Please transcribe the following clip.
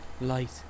Light